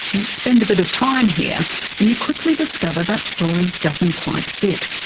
yet spend a bit of time here and you quickly discover that story doesn't quite fit.